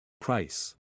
Price